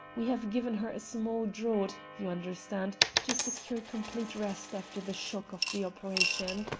we have given her a small draught, you understand, to secure complete rest after the shock of the operation.